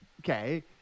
okay